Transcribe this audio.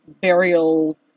burial